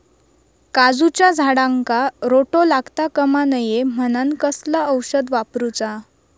काजूच्या झाडांका रोटो लागता कमा नये म्हनान कसला औषध वापरूचा?